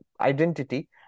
identity